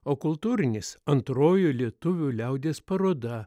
o kultūrinis antroji lietuvių liaudies paroda